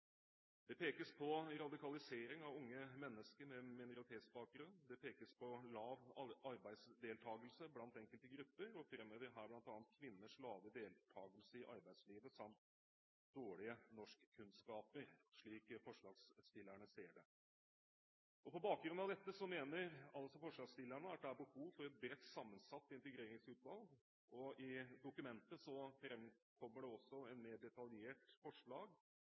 Det pekes på radikalisering av unge mennesker med minoritetsbakgrunn. Det pekes på lav arbeidsdeltakelse blant enkelte grupper, og en framhever her bl.a. kvinners lave deltakelse i arbeidslivet samt dårlige norskkunnskaper, slik forslagsstillerne ser det. På bakgrunn av dette mener altså forslagsstillerne at det er behov for et bredt sammensatt integreringsutvalg, og i dokumentet framkommer det også et mer detaljert forslag